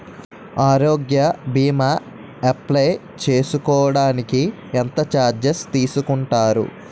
ఆరోగ్య భీమా అప్లయ్ చేసుకోడానికి ఎంత చార్జెస్ తీసుకుంటారు?